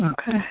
okay